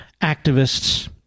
activists